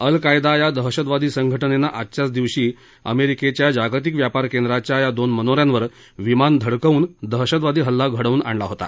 अल Qaeda या दहशतवादी संघटनेनं आजच्याच दिवशी अमेरिकेच्या जागतिक व्यापार केंद्राच्या या दोन मनो यांवर विमान धडकवून दहशतवादी हल्ला घडवून आणला होता